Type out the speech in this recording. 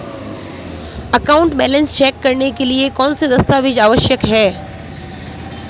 Account balance check करने के लिए कौनसे दस्तावेज़ आवश्यक हैं?